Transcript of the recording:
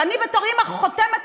ואני בתור אימא חותמת,